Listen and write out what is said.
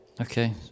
Okay